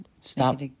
Stop